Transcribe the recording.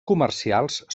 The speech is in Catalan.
comercials